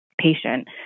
patient